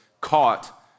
caught